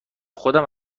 خودم